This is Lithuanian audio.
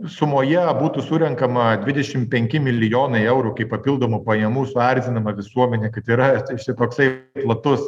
sumoje būtų surenkama dvidešim penki milijonai eurų kaip papildomų pajamų suerzinama visuomenė kad yra šitoksai platus